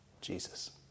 Jesus